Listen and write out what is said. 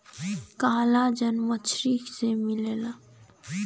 collagen मछरी से मिलला